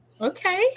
okay